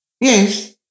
yes